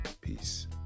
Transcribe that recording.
Peace